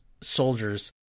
soldiers